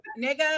nigga